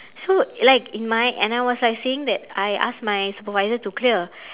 so like in my and I was like saying that I asked my supervisors to clear